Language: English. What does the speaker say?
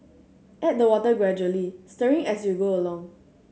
add the water gradually stirring as you go along